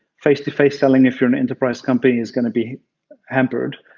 face to face selling if you're an enterprise company is going to be hampered.